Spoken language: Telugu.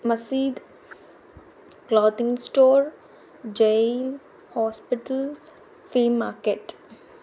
Masjid clothing store Jai hospital flea market